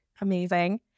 Amazing